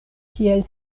kiel